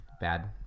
bad